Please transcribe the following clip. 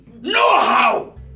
know-how